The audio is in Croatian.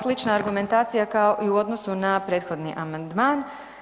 Hvala. slična argumentacija kao i u odnosu na prethodni amandman.